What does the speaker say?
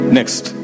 Next